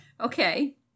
Okay